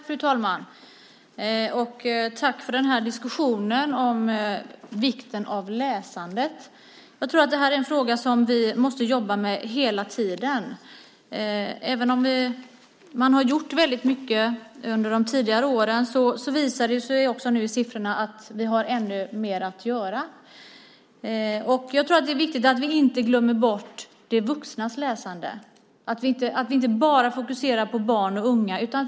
Fru talman! Tack för diskussionen om vikten av läsandet. Jag tror att det är en fråga som vi måste jobba med hela tiden. Även om det har gjorts mycket under de tidigare åren visar nu siffrorna att vi har ännu mer att göra. Det är viktigt att vi inte glömmer bort de vuxnas läsande och bara fokuserar på barn och unga.